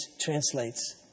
translates